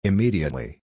Immediately